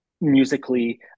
musically